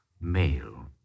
male